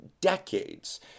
decades